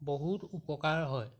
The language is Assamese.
বহুত উপকাৰ হয়